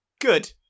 Good